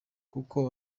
kuko